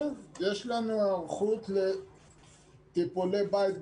יש לנו היערכות לטיפולי בית,